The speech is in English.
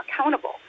accountable